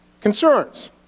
concerns